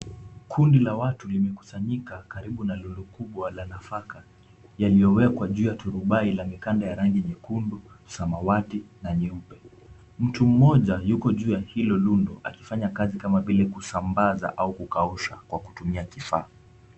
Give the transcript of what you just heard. Kundi la watu limekusanyika karibu na lori kubwa la nafaka yaliyowekwa juu ya turubai la mikanda mekundu, samawati na nyekundu. Mtu mmoja yuko juu ya hilo lundo akifanya kazi kama vile kusambaza au kukausha kwa kutumia kifaa.